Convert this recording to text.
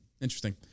Interesting